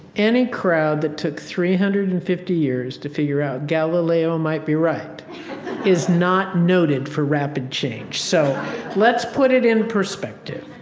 any crowd that took three hundred and fifty years to figure out galileo might be right is not noted for rapid change. so let's put it in perspective.